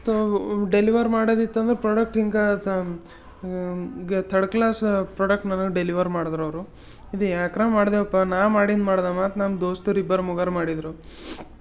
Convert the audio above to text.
ತೂ ಡೆಲಿವರ್ ಮಾಡೋದು ಇತ್ತಂದ್ರೆ ಪ್ರೊಡಕ್ಟ್ ಹಿಂಗಾತು ಥರ್ಡ್ ಕ್ಲಾಸ್ ಪ್ರೊಡಕ್ಟ್ ನನಗೆ ಡೆಲಿವರ್ ಮಾಡುದ್ರು ಅವರು ಇದು ಯಾಕರ ಮಾಡಿದೆವಪ್ಪ ನಾ ಮಾಡಿಂದು ಮಾಡ್ದೆ ಮತ್ತು ನಮ್ಮ ದೋಸ್ತರು ಇಬ್ಬರು ಮೊಗರು ಮಾಡಿದರು